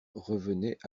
revenaient